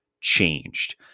changed